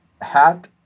hat